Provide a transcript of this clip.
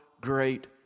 great